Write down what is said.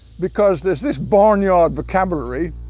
because there's this barnyard vocabulary,